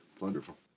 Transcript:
Wonderful